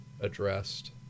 addressed